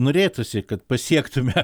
norėtųsi kad pasiektume